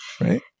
right